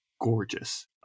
gorgeous